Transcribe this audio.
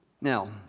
Now